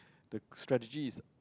the strategy is